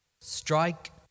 Strike